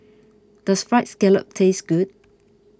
does Fried Scallop taste good